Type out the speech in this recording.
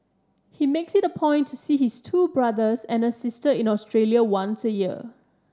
he makes it a point to see his two brothers and a sister in Australia once a year